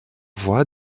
voie